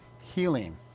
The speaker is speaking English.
healing